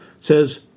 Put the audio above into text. says